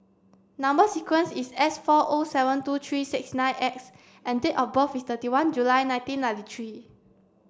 number sequence is S four O seven two three six nine X and date of birth is thirty one July nineteen ninety three